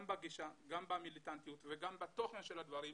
גם בגישה, גם במיליטנטיות וגם בתוכן של הדברים.